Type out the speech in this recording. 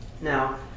Now